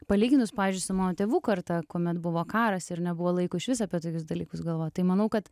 palyginus pavyzdžiui su mano tėvų karta kuomet buvo karas ir nebuvo laiko išvis apie tokius dalykus galvot tai manau kad